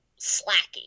slacky